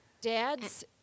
dads